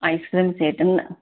ice cream set न